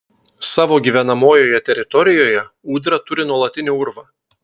savo gyvenamojoje teritorijoje ūdra turi nuolatinį urvą